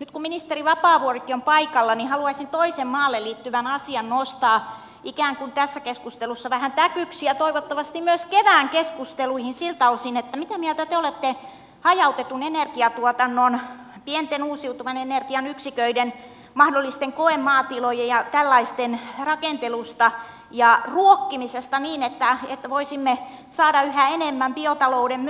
nyt kun ministeri vapaavuorikin on paikalla haluaisin toisen maalle liittyvän asian nostaa ikään kuin tässä keskustelussa vähän täkyksi ja toivottavasti myös kevään keskusteluihin siltä osin mitä mieltä te olette hajautetun energiatuotannon pienten uusiutuvan energian yksiköiden mahdollisten koemaatilojen ja tällaisten rakentelusta ja ruokkimisesta niin että voisimme saada yhä enemmän myös pieniä biotalouden